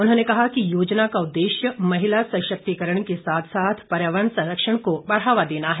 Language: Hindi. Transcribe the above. उन्होंने कहा कि योजना का उददेश्य महिला सशक्तिकरण के साथ साथ पर्यावरण संरक्षण को बढ़ावा देना है